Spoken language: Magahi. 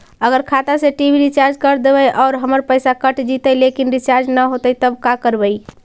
अगर खाता से टी.वी रिचार्ज कर देबै और हमर पैसा कट जितै लेकिन रिचार्ज न होतै तब का करबइ?